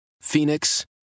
Phoenix